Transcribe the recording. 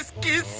get